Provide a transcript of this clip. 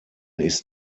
ist